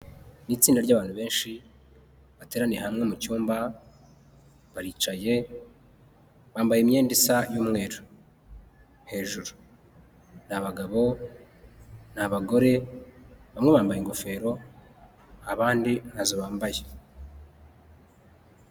Itsinda ry'abantu benshi, bateraniye hamwe mu cyumba baricaye, bambaye imyenda isa y'umweru hejuru. Ni abagabo, ni abagore, bamwe bambaye ingofero, abandi ntazo bambaye.